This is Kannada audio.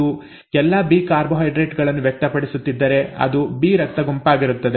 ಇದು ಎಲ್ಲಾ ಬಿ ಕಾರ್ಬೋಹೈಡ್ರೇಟ್ ಗಳನ್ನು ವ್ಯಕ್ತಪಡಿಸುತ್ತಿದ್ದರೆ ಅದು ಬಿ ರಕ್ತ ಗುಂಪಾಗಿರುತ್ತದೆ